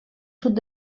sud